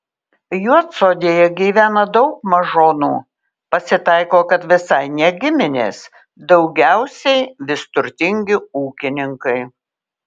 juodsodėje gyvena daug mažonų pasitaiko kad visai ne giminės daugiausiai vis turtingi ūkininkai